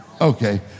Okay